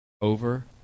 over